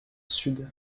sud